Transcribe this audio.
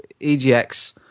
EGX